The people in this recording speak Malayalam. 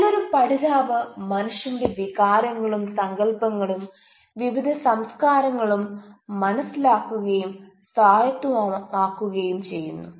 നല്ലൊരു പഠിതാവ് മനുഷ്യന്റെ വികാരങ്ങളും സങ്കല്പങ്ങളും വിവിധ സംസ്കാരങ്ങളും മനസിലാക്കുകയും സ്വായത്തമാക്കുകയും ചെയ്യുന്നു